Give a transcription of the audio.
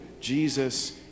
Jesus